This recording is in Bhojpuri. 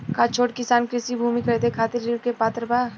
का छोट किसान कृषि भूमि खरीदे के खातिर ऋण के पात्र बा?